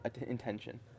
intention